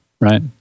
right